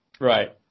Right